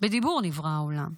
בדיבור נברא העולם.